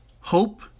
Hope